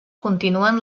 continuen